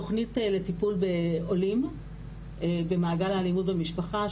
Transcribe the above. תכנית לטיפול בעולים במעגל האלימות במשפחה,